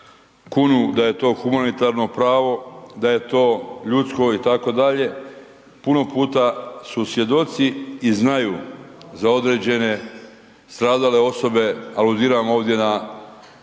kunu da je to humanitarno pravo, da je to ljudsko itd., puno puta su svjedoci i znaju za određene stradale osobe, aludiram ovdje na